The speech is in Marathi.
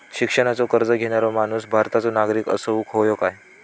शिक्षणाचो कर्ज घेणारो माणूस भारताचो नागरिक असूक हवो काय?